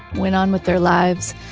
went on with their lives,